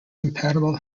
compatible